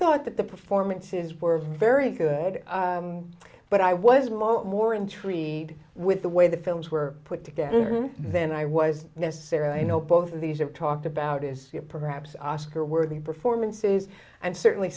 thought that the performances were very good but i was more more intrigued with the way the films were put together than i was necessarily i know both of these have talked about is perhaps oscar worthy performances and certainly